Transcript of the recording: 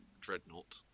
Dreadnought